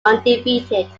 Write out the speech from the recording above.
undefeated